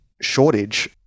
shortage